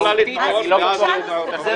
אבל מהותית אני לא בטוח --- את יכולה תמיד,